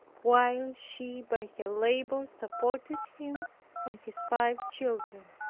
while she by her labor supported him and his five children.